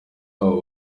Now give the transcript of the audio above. abo